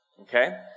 Okay